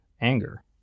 anger